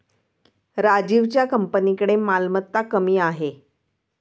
राजीवच्या कंपनीकडे मालमत्ता कमी आहे